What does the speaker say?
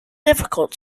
difficult